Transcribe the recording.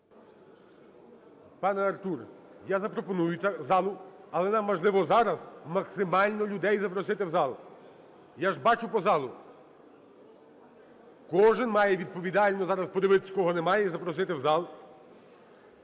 Пане Артур, я запропоную це залу. Але нам важливо зараз максимально людей запросити в зал, я ж бачу по залу. Кожен має відповідально зараз подивитись, кого немає, і запросити в зал.